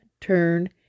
turn